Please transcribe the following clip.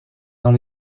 dans